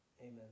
Amen